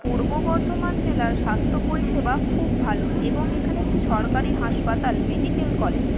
পূর্ব বর্ধমান জেলার স্বাস্থ্য পরিষেবা খুব ভালো এবং এখানে একটি সরকারি হাসপাতাল মেডিকেল কলেজ